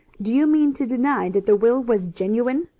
do you mean to deny that the will was genuine?